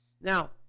Now